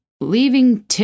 leaving